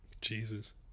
Jesus